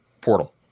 Portal